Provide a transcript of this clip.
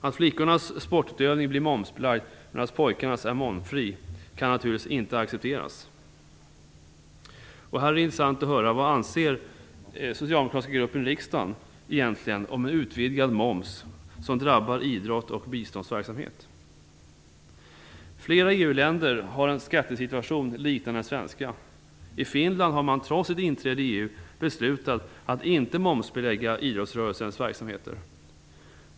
Att flickornas sportutövning blir momsbelagd medan pojkarnas är momsfri kan naturligtvis inte accepteras. Det vore intressant att höra vad den socialdemokratiska gruppen i riksdagen egentligen anser om en utvidgad moms som drabbar idrotts och biståndsverksamhet? Flera EU-länder har en skattesituation liknande den svenska. I Finland har man, trots sitt inträde i EU, beslutat att inte momsbelägga idrottsrörelsens verksamheter.